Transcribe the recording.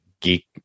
geek